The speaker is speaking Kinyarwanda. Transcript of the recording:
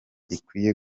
ikwiye